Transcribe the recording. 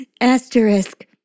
Asterisk